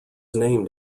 named